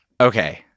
Okay